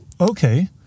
Okay